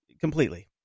Completely